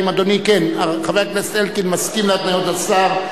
כן, חבר הכנסת אלקין מסכים להתניות השר.